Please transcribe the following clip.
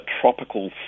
tropical